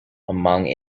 among